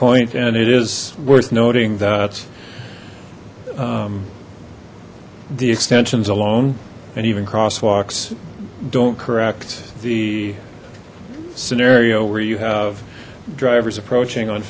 point and it is worth noting that the extensions alone and even crosswalks don't correct the scenario where you have drivers approaching on